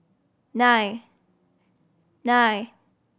nine nine